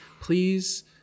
please